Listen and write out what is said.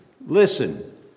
Listen